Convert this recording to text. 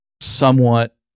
somewhat